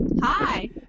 Hi